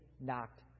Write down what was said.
knocked